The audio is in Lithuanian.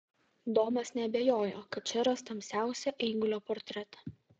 domas neabejojo kad čia ras tamsiausią eigulio portretą